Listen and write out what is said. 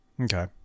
Okay